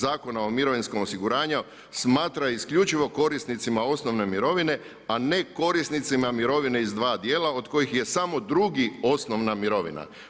Zakona o mirovinskom osiguranju smatra isključivo korisnicima osnovne mirovine, a ne korisnicima mirovine iz dva dijela od kojih je samo drugi osnovna mirovina.